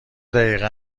دقیقه